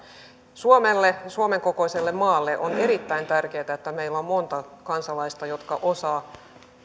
suomelle suomen kokoiselle maalle on erittäin tärkeätä että meillä on monta kansalaista jotka osaavat